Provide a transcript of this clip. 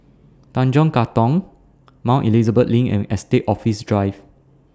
Tanjong Katong Mount Elizabeth LINK and Estate Office Drive